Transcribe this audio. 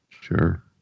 Sure